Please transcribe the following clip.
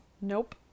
Nope